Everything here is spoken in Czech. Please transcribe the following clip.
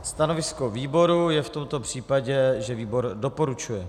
Stanovisko výboru je v tomto případě, že výbor doporučuje.